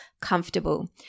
comfortable